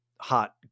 hot